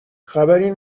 خبری